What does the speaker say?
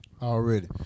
Already